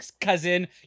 cousin